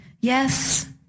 Yes